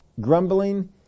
Grumbling